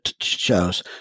shows